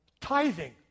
Tithing